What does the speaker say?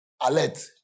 Alert